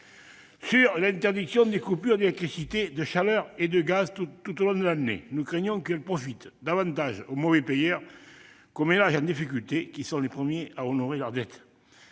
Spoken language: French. Sur l'interdiction des coupures d'électricité, de chaleur et de gaz tout au long de l'année, nous craignons qu'elle ne profite davantage aux mauvais payeurs qu'aux ménages en difficulté qui sont les premiers à honorer leurs dettes.